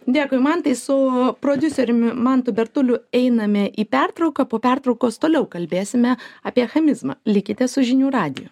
dėkui mantai su prodiuseriumi mantu bertuliu einame į pertrauką po pertraukos toliau kalbėsime apie chamizmą likite su žinių radiju